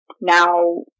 now